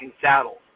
Saddles